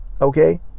okay